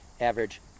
average